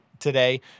Today